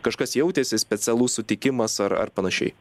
kažkas jautėsi specialus sutikimas ar ar panašiai